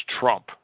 Trump